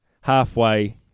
Halfway